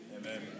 Amen